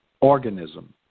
organism